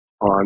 on